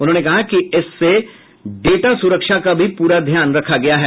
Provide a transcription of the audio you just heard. उन्होंने कहा कि इसमें डेटा सुरक्षा का भी पूरा ध्यान रखा गया है